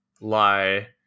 lie